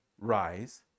rise